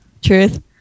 truth